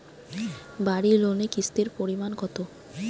বাড়ি লোনে কিস্তির পরিমাণ কত?